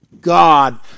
God